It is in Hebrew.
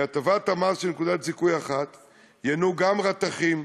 מהטבת המס של נקודת זיכוי אחת ייהנו גם רתכים,